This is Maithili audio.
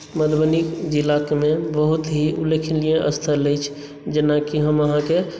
मधुबनी जिलामे बहुत ही उल्लेखनीय स्थल अछि जेनाकि हम अहाँकेँ